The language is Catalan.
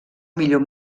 millor